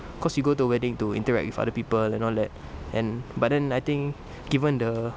cause you go to a wedding to interact with other people and all that and but then I think given the